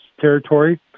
territory